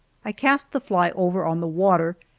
i cast the fly over on the water,